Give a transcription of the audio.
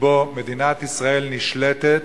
שבו מדינת ישראל נשלטת